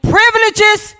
privileges